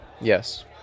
Yes